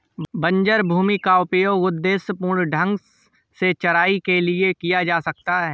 बंजर भूमि का उपयोग उद्देश्यपूर्ण ढंग से चराई के लिए किया जा सकता है